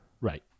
Right